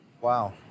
Wow